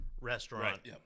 restaurant